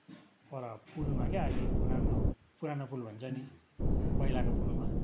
पर पुलमा क्या अहिले पुरानो पुरानो पुल भन्छ नि पहिलाको पुलमा